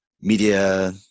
media